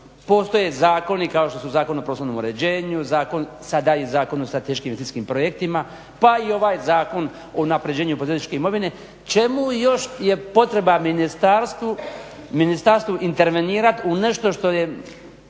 postoje zakoni kao što su Zakon o prostornom uređenju, sada i Zakon o strateškim investicijskim projektima, pa i ovaj zakon o unapređenju poduzetničke imovine. Čemu još je potreba ministarstvu intervenirati u nešto što je